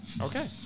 Okay